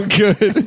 good